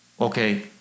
Okay